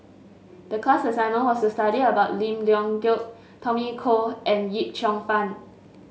the class assignment was to study about Lim Leong Geok Tommy Koh and Yip Cheong Fun